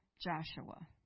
Joshua